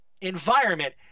environment